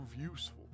useful